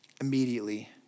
immediately